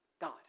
God